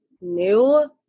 new